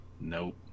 Nope